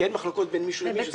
כי אין מחלוקות בין מישהו למישהו,